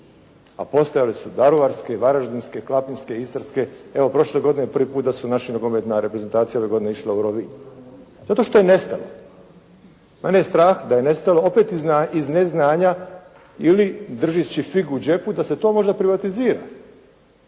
a postojale su Daruvarske, Varaždinske, …/Govornik se ne razumije./.. Istarske, evo prošle godine prvi put da su naša nogometna reprezentacija ove godine išla u Rovinj. Zato što je nestalo. Meni je strah da je nestalo opet iz neznanja ili držeći figu u džepu da se to možda privatizira.